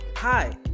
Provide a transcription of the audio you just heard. Hi